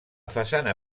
façana